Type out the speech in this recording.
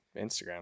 Instagram